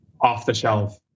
off-the-shelf